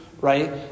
Right